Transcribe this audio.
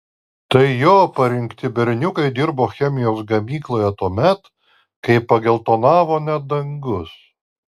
tai jo parinkti berniukai dirbo chemijos gamykloje tuomet kai pageltonavo net dangus